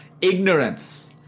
ignorance